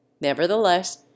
Nevertheless